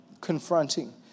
confronting